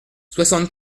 soixante